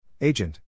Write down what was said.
Agent